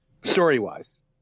Story-wise